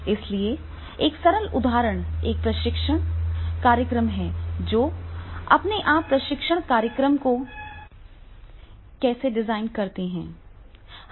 इसलिए एक सरल उदाहरण एक प्रशिक्षण कार्यक्रम है जो आप अपने प्रशिक्षण कार्यक्रम को कैसे डिजाइन करते हैं